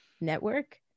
network